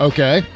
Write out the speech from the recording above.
Okay